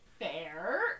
fair